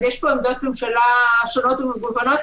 יש פה עמדות ממשלה שונות ומגוונות,